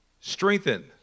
Strengthen